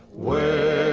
way